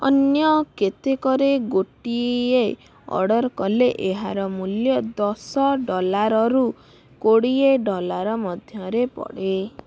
ଅନ୍ୟ କେତେକରେ ଗୋଟିଏ ଅର୍ଡ଼ର କଲେ ଏହାର ମୂଲ୍ୟ ଦଶ ଡଲାରରୁ କୋଡ଼ିଏ ଡଲାର ମଧ୍ୟରେ ପଡ଼େ